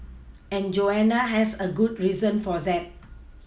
and Joanna has a good reason for that